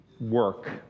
work